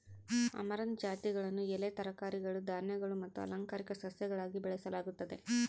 amaranth ಜಾತಿಗಳನ್ನು ಎಲೆ ತರಕಾರಿಗಳು ಧಾನ್ಯಗಳು ಮತ್ತು ಅಲಂಕಾರಿಕ ಸಸ್ಯಗಳಾಗಿ ಬೆಳೆಸಲಾಗುತ್ತದೆ